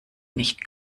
nicht